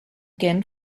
again